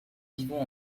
vivons